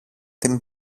την